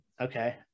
okay